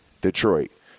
Detroit